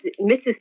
Mrs